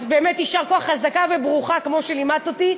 אז באמת, יישר כוח, חזקה וברוכה, כמו שלימדת אותי.